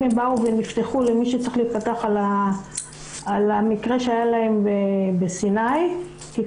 אם הן באו ונפתחו למי שצריך להיפתח על המקרה שהיה להן בסיני - כשביקרתי